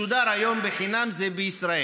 שבו הוא משודר היום בחינם זה בישראל.